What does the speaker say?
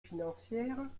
financières